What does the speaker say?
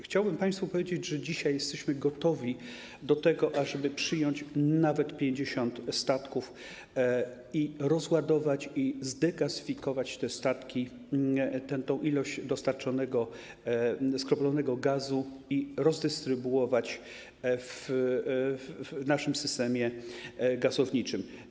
Chciałbym państwu powiedzieć, że dzisiaj jesteśmy gotowi do tego, ażeby przyjąć nawet 50 statków i rozładować te statki, zregazyfikować tę ilość dostarczonego skroplonego gazu i rozdystrybuować w naszym systemie gazowniczym.